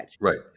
right